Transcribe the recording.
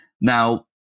Now